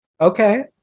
Okay